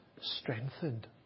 strengthened